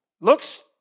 Looks